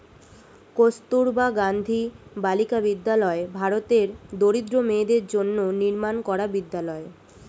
কস্তুরবা গান্ধী বালিকা বিদ্যালয় ভারতের দরিদ্র মেয়েদের জন্য নির্মাণ করা বিদ্যালয়